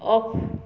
off